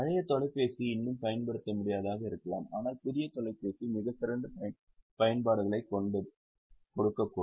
பழைய தொலைபேசி இன்னும் பயன்படுத்த முடியாததாக இருக்கலாம் ஆனால் புதிய தொலைபேசி மிகச் சிறந்த பயன்பாடுகளைக் கொடுக்கக்கூடும்